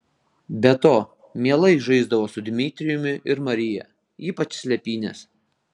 be to mielai žaisdavo su dmitrijumi ir marija ypač slėpynes